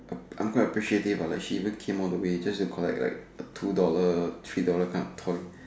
I I'm quite appreciative but like she even came all the way just to collect like a two dollar three dollar kind of toy